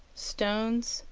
stones,